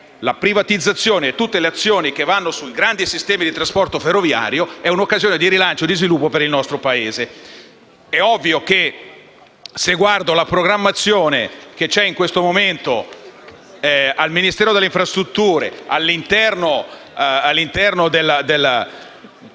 la privatizzazione e tutte le azioni che vanno sul grande sistema di trasporto ferroviario sono un'occasione di rilancio e di sviluppo per il nostro Paese. Ora, se guardo alla programmazione che c'è in questo momento al Ministero delle infrastrutture e dei